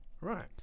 Right